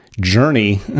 journey